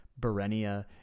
berenia